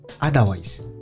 otherwise